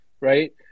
right